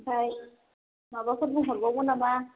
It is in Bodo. ओमफ्राय माबाफोर बुंहरबावगोन नामा